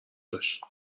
داشت